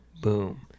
boom